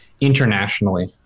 internationally